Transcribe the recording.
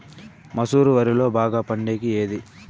మసూర వరిలో బాగా పండేకి ఏది?